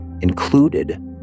included